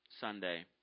Sunday